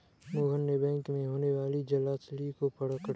मोहन ने बैंक में होने वाली जालसाजी को पकड़ा